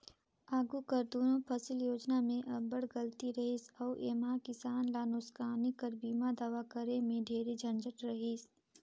आघु कर दुनो फसिल योजना में अब्बड़ गलती रहिस अउ एम्हां किसान ल नोसकानी कर बीमा दावा करे में ढेरे झंझट रहिस